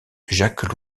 jacques